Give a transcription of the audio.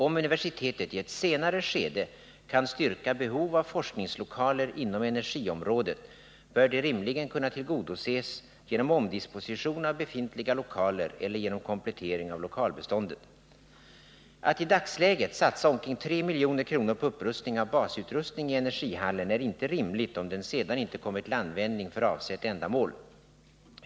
Om universitetet i ett senare skede kan styrka behov av forskningslokaler inom energiområdet bör det rimligen kunna tillgodoses genom omdisposition av befintliga lokaler eller genom komplettering av lokalbeståndet. Att i dagsläget satsa omkring 3 milj.kr. på upprustning av basutrustning i energihallen är inte rimligt om den sedan inte kommer till användning för avsett ändamål.